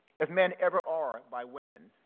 as men ever are by women,